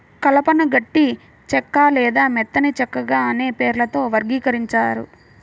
కలపను గట్టి చెక్క లేదా మెత్తని చెక్కగా అనే పేర్లతో వర్గీకరించారు